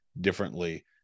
differently